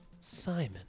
Simon